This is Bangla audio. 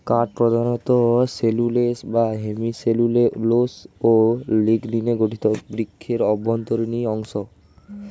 কাঠ প্রধানত সেলুলোস, হেমিসেলুলোস ও লিগনিনে গঠিত বৃক্ষের অভ্যন্তরীণ অংশ